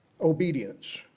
Obedience